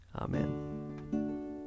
Amen